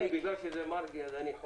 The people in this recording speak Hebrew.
בגלל שזה מרגי, אז אני חוקר.